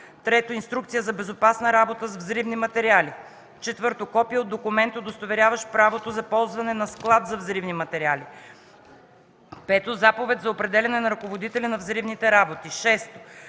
3. инструкция за безопасна работа с взривни материали; 4. копие от документ, удостоверяващ правото за ползване на склад за взривни материали; 5. заповед за определяне на ръководителя на взривните работи; 6.